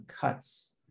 cuts